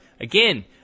again